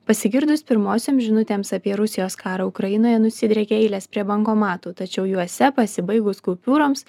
pasigirdus pirmosioms žinutėms apie rusijos karą ukrainoje nusidriekė eilės prie bankomatų tačiau juose pasibaigus kupiūroms